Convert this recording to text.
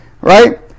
Right